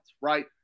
right